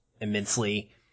immensely